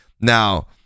Now